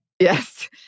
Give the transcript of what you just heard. yes